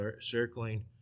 circling